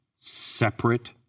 separate